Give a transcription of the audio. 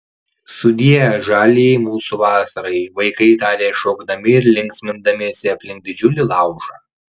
sudie žaliajai mūsų vasarai vaikai tarė šokdami ir linksmindamiesi aplink didžiulį laužą